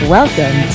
Welcome